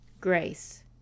grace